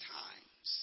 times